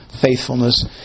faithfulness